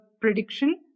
prediction